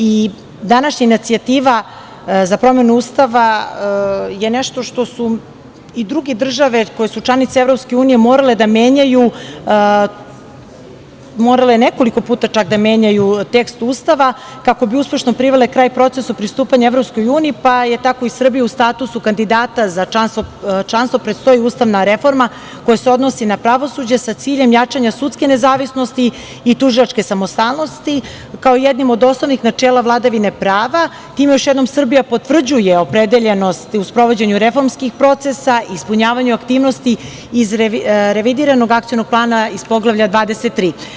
I današnja inicijativa za promenu Ustava je nešto što su i druge države koje su članice EU, morale da menjaju, morale nekoliko puta čak da menjaju tekst Ustava, kako bi uspešno privele kraj procesa pristupanja EU, pa je tako i Srbija u statusu kandidata za članstvo i predstoji Ustavna reforma, koja se odnosi na pravosuđe sa ciljem jačanja sudske nezavisnosti, i tužilačke samostalnosti, kao jednim od osnovnih načela vladavine prava i time još jednom Srbija potvrđuje opredeljenost u sprovođenju reformskih procesa, ispunjavanju aktivnosti, iz revidiranog akcionog plana iz Poglavlja 23.